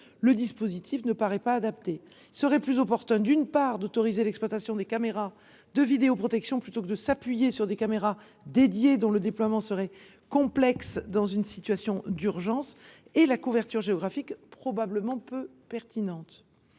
le dispositif ne paraît pas adapté. Il serait plus opportun d'autoriser l'exploitation des caméras de vidéoprotection, plutôt que de s'appuyer sur des caméras dédiées, dont le déploiement serait complexe dans une situation d'urgence et la couverture géographique probablement peu pertinente.